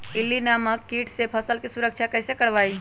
इल्ली नामक किट से फसल के सुरक्षा कैसे करवाईं?